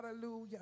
Hallelujah